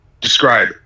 describe